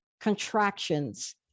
contractions